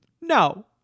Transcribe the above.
No